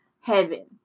heaven